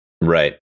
Right